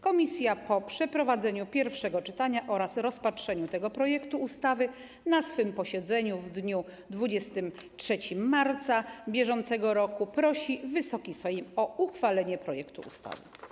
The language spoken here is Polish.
Komisja po przeprowadzeniu pierwszego czytania oraz rozpatrzeniu tego projektu ustawy na swym posiedzeniu w dniu 23 marca br. prosi Wysoki Sejm o uchwalenie projektu ustawy.